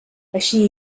així